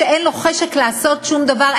כשאין לו חשק לעשות שום דבר,